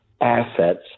assets